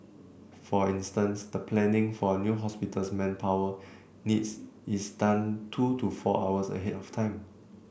for instance the planning for a new hospital's manpower needs is done two to four hours ahead of time